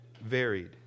varied